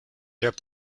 hab